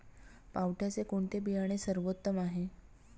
पावट्याचे कोणते बियाणे सर्वोत्तम आहे?